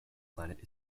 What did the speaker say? planet